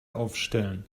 aufstellen